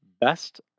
best